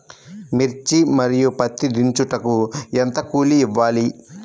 మిర్చి మరియు పత్తి దించుటకు ఎంత కూలి ఇవ్వాలి?